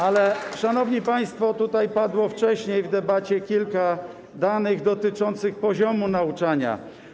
Ale, szanowni państwo, tutaj padło wcześniej w debacie kilka danych dotyczących poziomu nauczania.